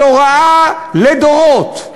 על הוראה לדורות.